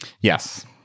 Yes